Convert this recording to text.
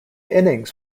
innings